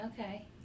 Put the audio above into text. Okay